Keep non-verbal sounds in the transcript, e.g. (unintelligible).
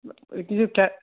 কিছু (unintelligible)